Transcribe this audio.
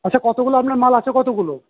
আচ্ছা কতগুলো আপনার মাল আছে কতগুলো